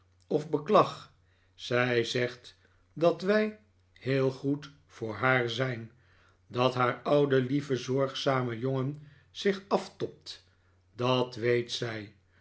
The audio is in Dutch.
of beklag zij zegt dat wij heel goed voor haar zijn dat haar oude lieve zorgzame jongen zich aftobt dat weet zij